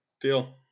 Deal